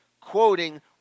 quoting